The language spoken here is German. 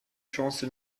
chance